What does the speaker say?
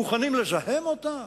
מוכנים לזהם אותה?